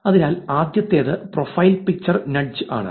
അതിനാൽ ആദ്യത്തേത് profile picture nudge ആണ്